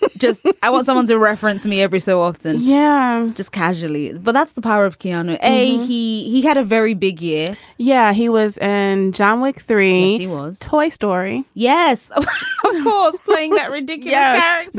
but just i want someone to reference me every so often yeah um just casually. but that's the power of keanu. a, he. he had a very big year yeah, he was. and john wick three. he was toy story. yes ah was playing that riddick. yeah